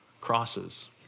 crosses